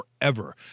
forever